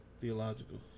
Theological